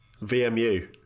VMU